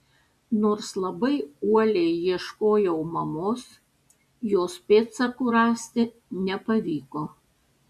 nors labai uoliai ieškojau mamos jos pėdsakų rasti nepavyko